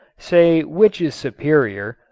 say which is superior,